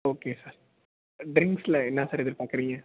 okay sir ட்ரிங்க்ஸில் என்ன sir எதிர்பார்க்குறீங்க